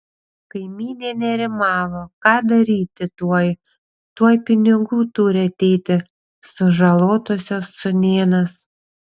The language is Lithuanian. kaimynė nerimavo ką daryti tuoj tuoj pinigų turi ateiti sužalotosios sūnėnas